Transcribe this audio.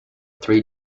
three